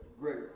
Great